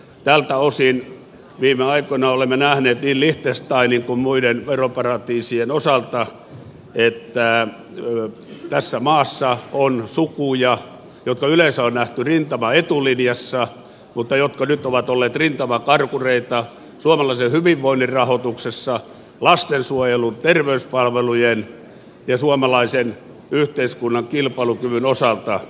tältä osin viime aikoina olemme nähneet niin liechtensteinin kuin muiden veroparatiisien osalta että tässä maassa on sukuja jotka yleensä on nähty rintaman etulinjassa mutta jotka nyt ovat olleet rintamakarkureita suomalaisen hyvinvoinnin rahoituksessa lastensuojelun terveyspalvelujen ja suomalaisen yhteiskunnan kilpailukyvyn osalta